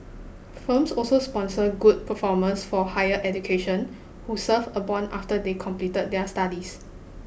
firms also sponsor good performers for higher education who serve a bond after they complete their studies